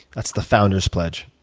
that's the founder's pledge.